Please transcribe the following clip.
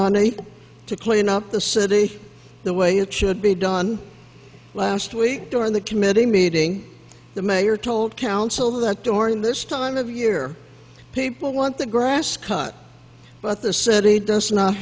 money to clean up the city the way it should be done last week during the committee meeting the mayor told council that during this time of year people want the grass cut but the city does not